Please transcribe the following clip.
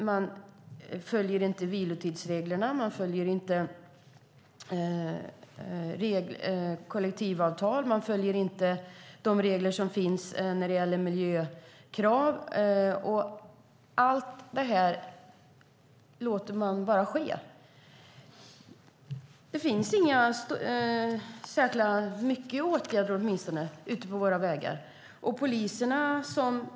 Man följer inte vilotidsreglerna, man följer inte kollektivavtal och man följer inte de regler som finns för miljökrav. Allt detta låter vi bara ske. Det vidtas inga särskilda åtgärder ute på våra vägar - åtminstone är de inte många.